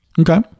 Okay